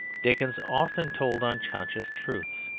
dickens often told unconscious truths,